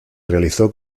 realizó